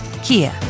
Kia